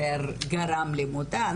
יותר גרם למותה,